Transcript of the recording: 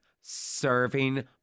serving